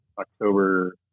october